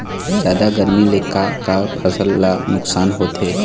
जादा गरमी ले का का फसल ला नुकसान होथे?